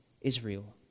Israel